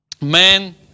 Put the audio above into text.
man